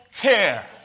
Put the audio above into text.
care